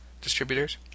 distributors